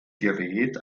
gerät